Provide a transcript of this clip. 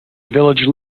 village